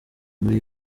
muri